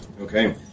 Okay